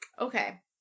Okay